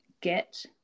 get